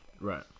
Right